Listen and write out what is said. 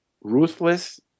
ruthless